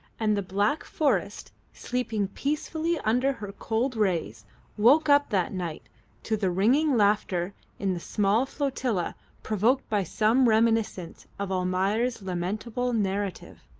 and the black forest sleeping peacefully under her cold rays woke up that night to the ringing laughter in the small flotilla provoked by some reminiscence of almayer's lamentable narrative.